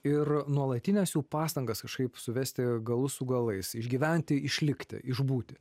ir nuolatines jų pastangas kažkaip suvesti galus su galais išgyventi išlikti išbūti